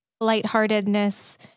lightheartedness